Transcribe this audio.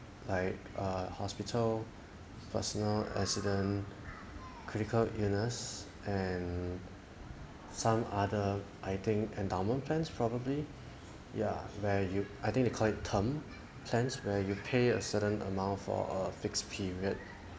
like err hospital personal accident critical illness and some other I think endowment plans probably yeah where you I think they call it term plans where you pay a certain amount for a fixed period